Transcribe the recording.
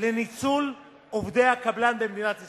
לניצול עובדי הקבלן במדינת ישראל.